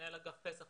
מנהל אגף פס"ח,